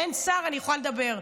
אין שר, אני יכולה לדבר.